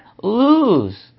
Lose